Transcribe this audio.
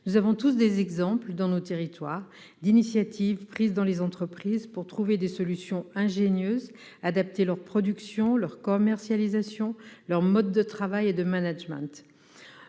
Nous avons tous des exemples, dans nos territoires, d'initiatives prises dans les entreprises pour trouver des solutions ingénieuses, adapter leur production, la commercialisation, leurs modes de travail et de management.